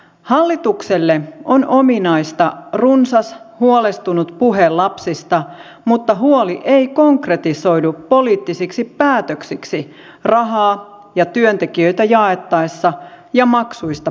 hallitukselle on ominaista runsas huolestunut puhe lapsista mutta huoli ei konkretisoidu poliittisiksi päätöksiksi rahaa ja työntekijöitä jaettaessa ja maksuista päätettäessä